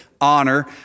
honor